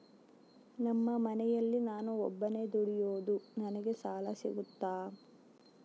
ನಮ್ಮ ಮನೆಯಲ್ಲಿ ನಾನು ಒಬ್ಬನೇ ದುಡಿಯೋದು ನನಗೆ ಸಾಲ ಸಿಗುತ್ತಾ?